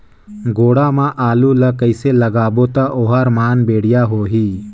गोडा मा आलू ला कइसे लगाबो ता ओहार मान बेडिया होही?